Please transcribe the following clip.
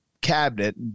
cabinet